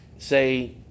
say